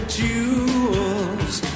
jewels